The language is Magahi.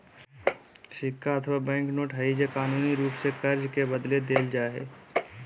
सिक्का अथवा बैंक नोट हइ जे कानूनी रूप से कर्ज के बदले देल जा हइ